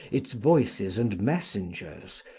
its voices and messengers,